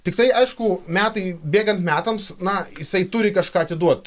tiktai aišku metai bėgant metams na jisai turi kažką atiduot